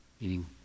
Meaning